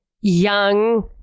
young